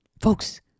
Folks